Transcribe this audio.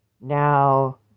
Now